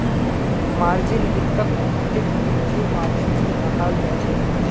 margin वित्तक भौतिक पूंजीर माध्यम स दखाल जाछेक